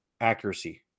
accuracy